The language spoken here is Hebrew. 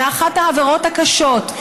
מאחת העבירות הקשות,